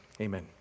amen